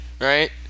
right